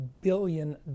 billion